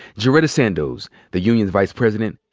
jarretta sandoz, the union's vice president,